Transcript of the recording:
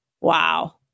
Wow